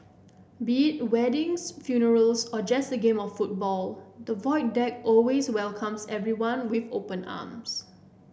be it weddings funerals or just a game of football the Void Deck always welcomes everyone with open arms